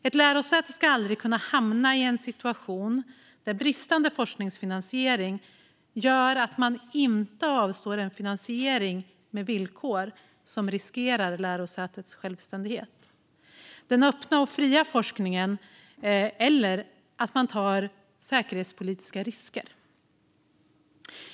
Ett lärosäte ska aldrig kunna hamna i en situation där bristande forskningsfinansiering gör att man inte avstår en finansiering med villkor som riskerar lärosätets självständighet eller den öppna och fria forskningen eller riskerar att leda till att man tar säkerhetspolitiska risker.